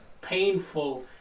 painful